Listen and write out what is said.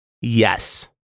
Yes